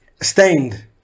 Stained